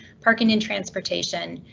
parking and transportation,